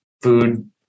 food